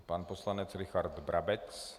Pan poslanec Richard Brabec.